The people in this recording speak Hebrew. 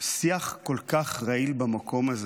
שיח כל כך רעיל במקום הזה